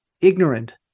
ignorant